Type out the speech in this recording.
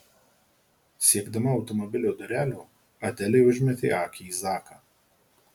siekdama automobilio durelių adelė užmetė akį į zaką